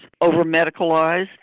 over-medicalized